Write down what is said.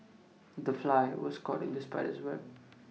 the fly was caught in the spider's web